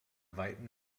weiten